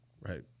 right